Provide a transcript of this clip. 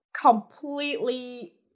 completely